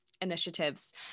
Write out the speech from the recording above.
initiatives